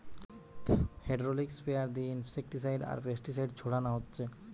hydraulic sprayer দিয়ে insecticide আর pesticide ছোড়ানা হচ্ছে